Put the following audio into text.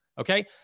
okay